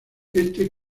este